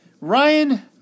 Ryan